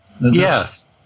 Yes